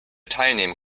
teilnehmen